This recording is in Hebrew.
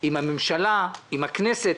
עם הממשלה, עם הכנסת.